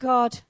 God